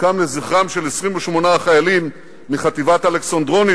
הוקם לזכרם של 28 חיילים מחטיבת אלכסנדרוני,